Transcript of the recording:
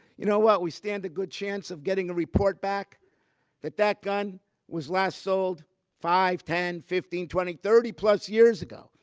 you know what we stand a good chance of getting a report back that that gun was last sold five, ten, fifteen, twenty, thirty plus years ago.